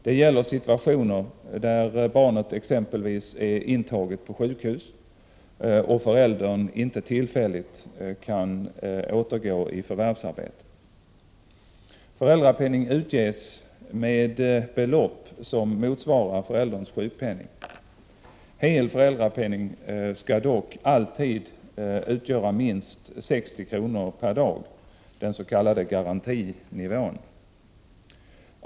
Det gäller situationer där barnet exempelvis är intaget på sjukhus och föräldern tillfälligt inte kan återgå i förvärvsarbete. Föräldrapenning utges med belopp som motsvarar förälderns sjukpenning. Hel föräldrapenning skall dock alltid utgöra minst 60 kr. per dag, den s.k. garantinivån.